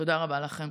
תודה רבה לכם.